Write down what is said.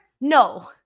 No